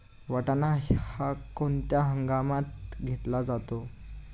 वाटाणा हा कोणत्या हंगामात घेतला जातो?